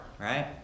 right